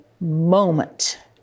moment